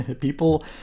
People